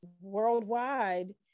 worldwide